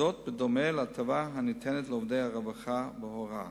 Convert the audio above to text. זאת בדומה להטבה הניתנת לעובדי הרווחה וההוראה.